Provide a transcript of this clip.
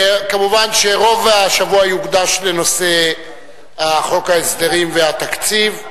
כמובן שרוב השבוע יוקדש לנושא חוק ההסדרים והתקציב,